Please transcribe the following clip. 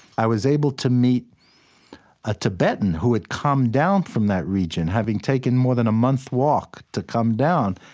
i was able to meet a tibetan who had come down from that region, having taken more than a month walk to come down.